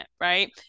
Right